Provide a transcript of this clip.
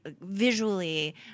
visually